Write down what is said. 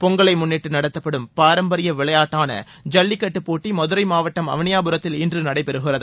பொங்கலை முன்னிட்டு நடத்தப்படும் பாரம்பரிய வீர விளையாட்டான ஜல்லிக்கட்டு போட்டி மதுரை மாவட்டம் அவனியாபுரத்தில் இன்று நடைபெறுகிறது